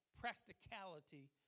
practicality